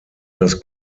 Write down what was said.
das